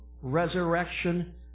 resurrection